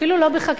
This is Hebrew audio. אפילו לא בחקיקה,